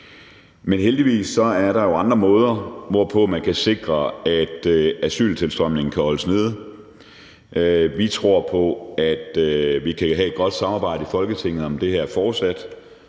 Heldigvis er der jo andre måder, hvorpå man kan sikre, at asyltilstrømningen kan holdes nede. Vi tror på, at vi fortsat kan have et godt samarbejde i Folketinget om det her, og at